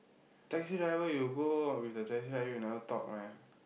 taxi driver you go with the taxi driver you never talk meh